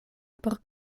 por